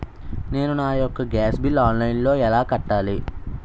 నేను నా యెక్క గ్యాస్ బిల్లు ఆన్లైన్లో ఎలా కట్టాలి?